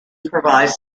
provides